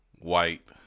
white